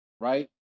right